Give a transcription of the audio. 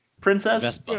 princess